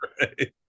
right